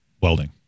welding